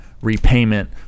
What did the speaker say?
repayment